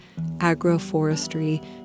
agroforestry